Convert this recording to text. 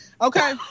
okay